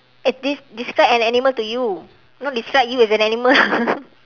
eh des~ describe an animal to you not describe you as an animal